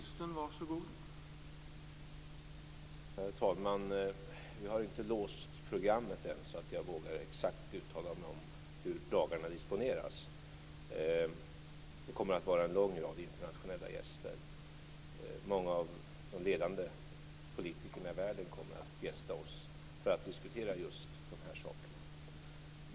Herr talman! Vi har inte låst programmet än. Jag vågar därför inte exakt uttala mig om hur dagarna disponeras. Det kommer att vara en lång rad internationella gäster. Många av de ledande politikerna i världen kommer att gästa oss för att diskutera just dessa saker.